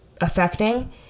affecting